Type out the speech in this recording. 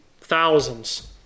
thousands